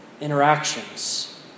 interactions